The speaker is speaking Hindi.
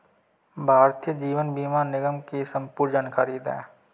भारतीय जीवन बीमा निगम की संपूर्ण जानकारी दें?